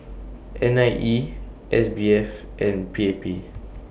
N I E S B F and P A P